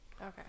okay